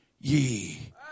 ye